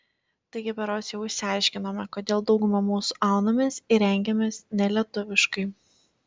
taigi berods jau išsiaiškinome kodėl dauguma mūsų aunamės ir rengiamės nelietuviškai